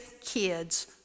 kids